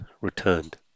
returned